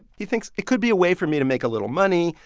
he thinks, it could be a way for me to make a little money,